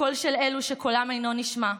הקול של אלו שקולם אינו נשמע: